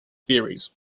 theories